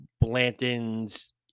Blanton's